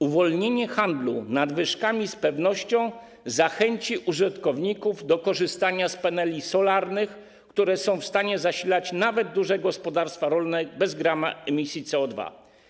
Uwolnienie handlu nadwyżkami z pewnością zachęci użytkowników do korzystania z paneli solarnych, które są w stanie zasilać nawet duże gospodarstwa rolne bez grama emisji CO2.